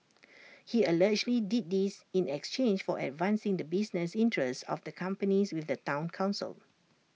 he allegedly did this in exchange for advancing the business interests of the companies with the Town Council